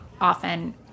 often